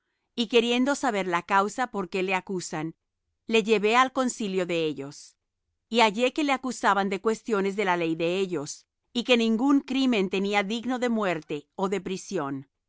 y queriendo saber la causa por qué le acusaban le llevé al concilio de ellos y hallé que le acusaban de cuestiones de la ley de ellos y que ningún crimen tenía digno de muerte ó de prisión